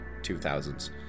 2000s